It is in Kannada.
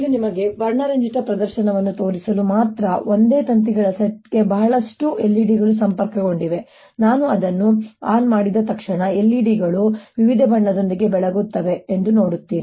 ಇದು ನಿಮಗೆ ವರ್ಣರಂಜಿತ ಪ್ರದರ್ಶನವನ್ನು ತೋರಿಸಲು ಮಾತ್ರ ಒಂದೇ ತಂತಿಗಳ ಸೆಟ್ಗೆ ಬಹಳಷ್ಟು LED ಗಳು ಸಂಪರ್ಕಗೊಂಡಿವೆ ಮತ್ತು ನಾನು ಅದನ್ನು ಆನ್ ಮಾಡಿದ ತಕ್ಷಣ LEDಗಳು ವಿವಿಧ ಬಣ್ಣಗಳೊಂದಿಗೆ ಬೆಳಗುತ್ತವೆ ಎಂದು ನೀವು ನೋಡುತ್ತೀರಿ